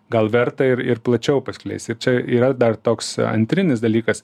gal verta ir ir plačiau paskleist ir čia yra dar toks antrinis dalykas